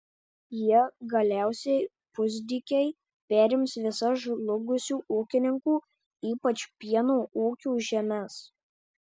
jie galiausiai pusdykiai perims visas žlugusių ūkininkų ypač pieno ūkių žemes